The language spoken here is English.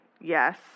yes